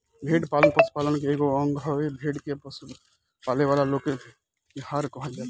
भेड़ पालन पशुपालन के एगो अंग हवे, भेड़ के पालेवाला लोग के भेड़िहार कहल जाला